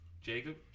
Jacob